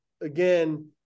again